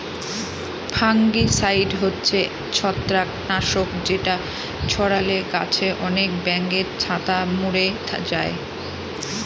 fungicide হচ্ছে ছত্রাক নাশক যেটা ছড়ালে গাছে আনেক ব্যাঙের ছাতা মোরে যায়